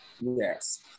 Yes